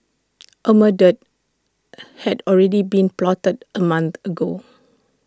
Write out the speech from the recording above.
A murder had already been plotted A month ago